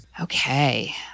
Okay